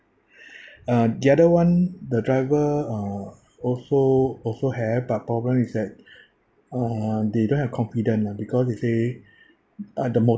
uh the other [one] the driver uh also also have but problem is that uh they don't have confidence lah because they say uh the mo~